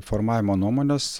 formavimo nuomonės